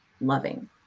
loving